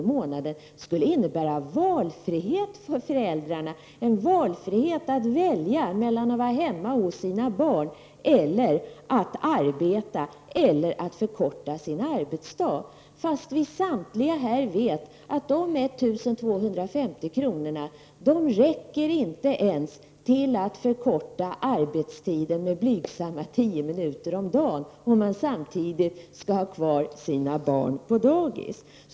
i månaden skulle innebära valfrihet för föräldrarna, en valfrihet att välja att vara hemma med sina barn, att arbeta eller att förkorta sin arbetsdag, fastän vi samtliga här närvarande vet att dessa 1250 kr. inte ens räcker till att förkorta arbetstiden med blygsamma 10 minuter om dagen om man samtidigt skall ha kvar sina barn på dagis.